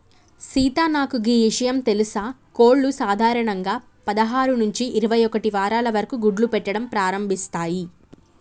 సీత నాకు గీ ఇషయం తెలుసా కోళ్లు సాధారణంగా పదహారు నుంచి ఇరవై ఒక్కటి వారాల వరకు గుడ్లు పెట్టడం ప్రారంభిస్తాయి